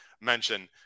mention